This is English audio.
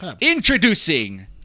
introducing